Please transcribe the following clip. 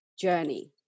journey